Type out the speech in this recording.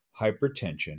hypertension